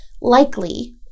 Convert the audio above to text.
likely